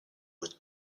was